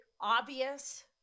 obvious